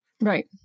Right